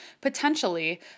Potentially